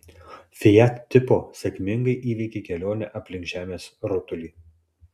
fiat tipo sėkmingai įveikė kelionę aplink žemės rutulį